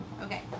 Okay